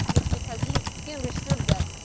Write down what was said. it's because he he understood that,